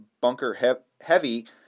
bunker-heavy